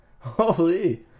Holy